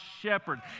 shepherd